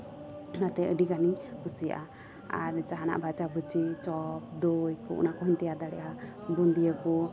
ᱚᱱᱟᱛᱮ ᱟᱹᱰᱤ ᱜᱟᱱᱮᱧ ᱠᱩᱥᱤᱭᱟᱜᱼᱟ ᱟᱨ ᱡᱟᱦᱟᱱᱟᱜ ᱵᱷᱟᱡᱟᱼᱵᱷᱩᱡᱤ ᱪᱚᱯ ᱫᱳᱭ ᱚᱱᱟ ᱠᱚ ᱦᱚᱸᱧ ᱛᱮᱭᱟᱨ ᱫᱟᱲᱮᱭᱟᱜᱼᱟ ᱵᱩᱫᱤᱭᱟᱹ ᱠᱚ